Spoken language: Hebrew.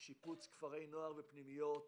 שיפוץ כפרי נוער ופנימיות,